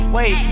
Wait